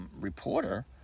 reporter